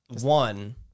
One